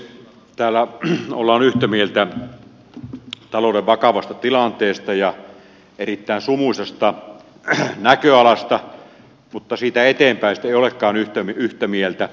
täällä ollaan yhtä mieltä talouden vakavasta tilanteesta ja erittäin sumuisasta näköalasta mutta siitä eteenpäin sitten ei olekaan yhtä mieltä